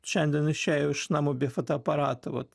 šiandien išėjau iš namų be fotoaparato vat